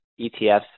ETFs